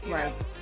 Right